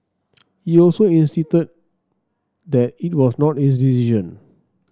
he also insisted that it was not his decision